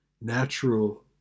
natural